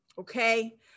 Okay